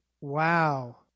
Wow